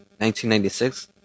1996